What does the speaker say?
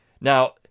Now